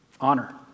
Honor